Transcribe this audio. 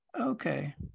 okay